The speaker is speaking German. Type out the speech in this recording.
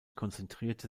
konzentrierte